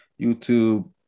YouTube